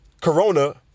Corona